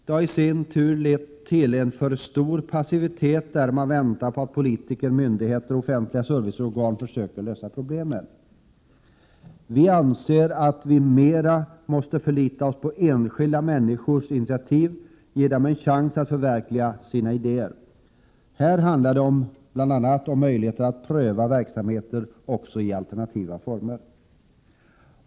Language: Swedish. Detta hari sin turlett till en för stor passivitet, där man väntar på att politiker, myndigheter och offentliga serviceorgan försöker lösa problemen. Vi anser att vi mera måste förlita oss på enskilda människors initiativ och ge dem chansen att förverkliga sina idéer. Här handlar det bl.a. om möjligheter att pröva verksamheter i alternativa former.